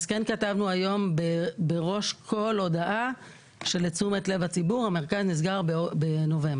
כן כתבנו היום בראש כל הודעה שלתשומת לב הציבור המרכז נסגר בנובמבר.